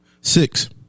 Six